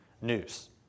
news